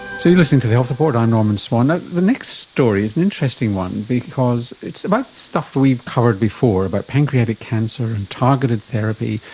so you're listening to the health report, i'm norman swan. ah the next story is an interesting one because it's about stuff we've covered before about pancreatic cancer and targeted therapy,